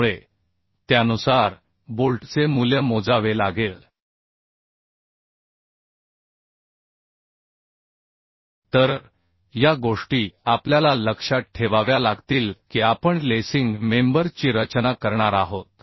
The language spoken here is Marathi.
त्यामुळे त्यानुसार बोल्टचे मूल्य मोजावे लागेल तर या गोष्टी आपल्याला लक्षात ठेवाव्या लागतील की आपण लेसिंग मेंबर ची रचना करणार आहोत